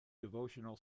devotional